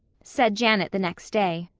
said janet the next day.